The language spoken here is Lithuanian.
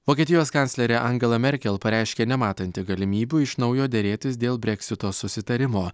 vokietijos kanclerė angela merkel pareiškė nematanti galimybių iš naujo derėtis dėl breksito susitarimo